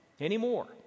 anymore